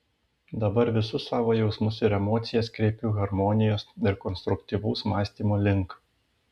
dabar visus savo jausmus ir emocijas kreipiu harmonijos ir konstruktyvaus mąstymo link